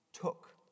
took